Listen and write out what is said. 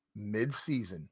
midseason